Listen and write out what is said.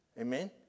Amen